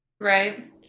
Right